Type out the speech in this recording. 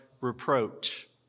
reproach